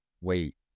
wait